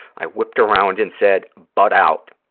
i whipped around and said, butt out.